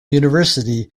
university